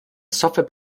software